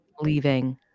leaving